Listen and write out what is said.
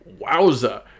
Wowza